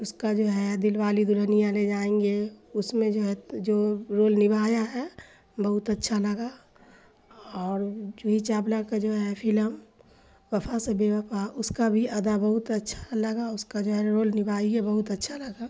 اس کا جو ہے دل والی دلہنیا لے جائیں گے اس میں جو ہے جو رول نبھایا ہے بہت اچھا لگا اور جوہی چاولہ کا جو ہے فلم وفا سے بے وفا اس کا بھی ادا بہت اچھا لگا اس کا جو ہے رول نبھائی ہے بہت اچھا لگا